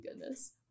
goodness